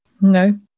no